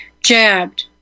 jabbed